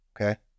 okay